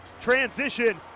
transition